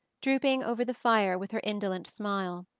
drooping over the fire with her indolent smile.